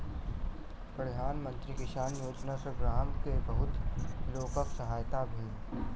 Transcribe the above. प्रधान मंत्री किसान योजना सॅ गाम में बहुत लोकक सहायता भेल